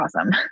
awesome